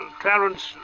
Clarence